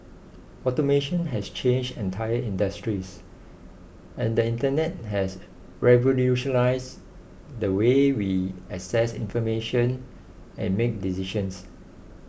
automation has changed entire industries and the Internet has revolutionised the way we access information and make decisions